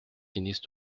finissent